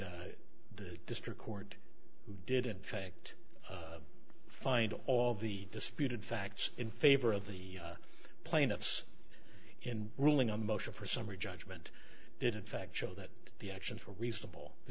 the district court did in fact find all the disputed facts in favor of the plaintiffs in ruling a motion for summary judgment did in fact show that the actions were reasonable the